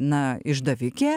na išdavikė